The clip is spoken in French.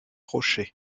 rochers